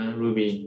ruby